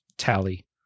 tally